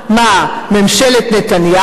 של מזכיר המדינה של ארצות-הברית,